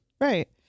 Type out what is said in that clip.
Right